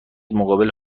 مقابل